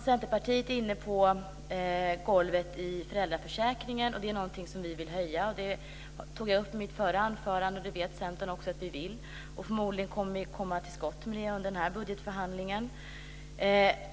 Centerpartiet talade om golvet i föräldraförsäkringen. Vi vill höja detta, vilket jag tog upp i mitt förra anförande. Centern vet att vi vill göra det. Förmodligen kommer vi till skott på den punkten i budgetförhandlingen.